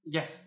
Yes